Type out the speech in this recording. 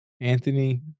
Anthony